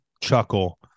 chuckle